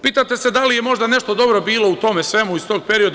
Pitate se da li je možda nešto dobro bilo u tome svemu iz tog perioda?